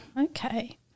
okay